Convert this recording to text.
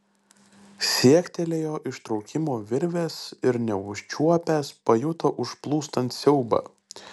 siektelėjo ištraukimo virvės ir neužčiuopęs pajuto užplūstant siaubą